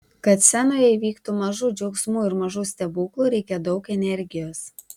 kad scenoje įvyktų mažų džiaugsmų ir mažų stebuklų reikia daug energijos